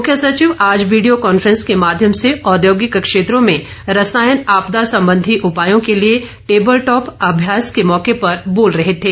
मुख्य सचिव आज वीडियो कांफ्रेंस के माध्यम से औद्योगिक क्षेत्रों में रसायन आपदा संबंधी उपायों के लिए टेबल टॉप अभ्यास के मौके पर बोल रहे थे